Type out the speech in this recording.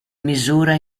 misura